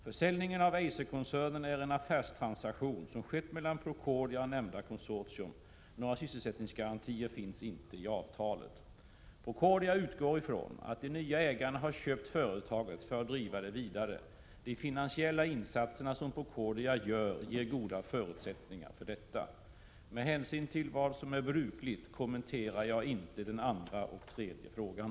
Försäljningen av Eiserkoncernen är en affärstransaktion som skett mellan Procordia och nämnda konsortium. Några sysselsättningsgarantier finns inte i avtalet. Procordia utgår från att de nya ägarna har köpt företaget för att driva det vidare. De finansiella insatserna som Procordia gör ger goda förutsättningar för detta. Med hänvisning till vad som är brukligt kommenterar jag inte den andra och den tredje frågan.